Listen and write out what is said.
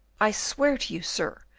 i swear to you, sir,